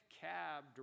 CAB